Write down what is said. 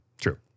true